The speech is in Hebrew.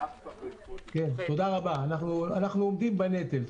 תודה רבה, אנחנו עומדים בנטל.